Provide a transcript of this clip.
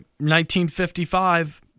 1955